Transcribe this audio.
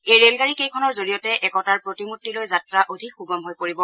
এই ৰেলগাড়ী কেইখনৰ জৰিয়তে একতাৰ প্ৰতিমূৰ্তিলৈ যাত্ৰা অধিক সুগম হৈ পৰিব